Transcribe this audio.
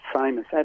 famous